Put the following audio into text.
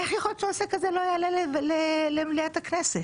איך יכול להיות שנושא כזה לא יעלה למליאת הכנסת?